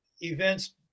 events